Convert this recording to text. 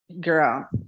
girl